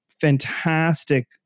fantastic